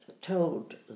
told